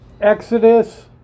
Exodus